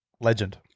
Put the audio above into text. Legend